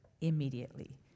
immediately